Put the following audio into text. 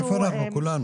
איפה אנחנו כולנו.